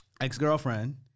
ex-girlfriend